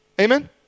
Amen